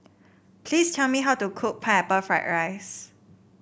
please tell me how to cook Pineapple Fried Rice